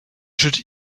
should